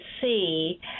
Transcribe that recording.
see